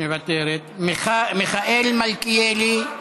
מוותרת, מיכאל מלכיאלי,